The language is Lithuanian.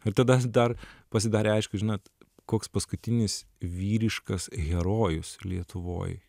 ir tada dar pasidarė aišku žinot koks paskutinis vyriškas herojus lietuvoj